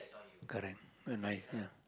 correct you're right ya